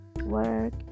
work